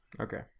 Okay